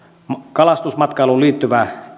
kalastusmatkailuun liittyvä